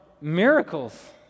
miracles